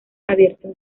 abiertos